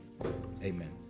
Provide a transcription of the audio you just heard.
amen